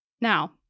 Now